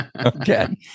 okay